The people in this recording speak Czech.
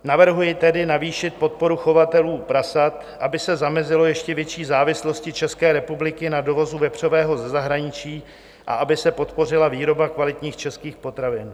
Navrhuji tedy navýšit podporu chovatelů prasat, aby se zamezilo ještě větší závislosti ČR na dovozu vepřového ze zahraničí a aby se podpořila výroba kvalitních českých potravin.